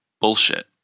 bullshit